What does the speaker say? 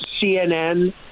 CNN